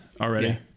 already